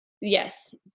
yes